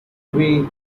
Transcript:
way